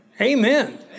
Amen